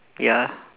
ya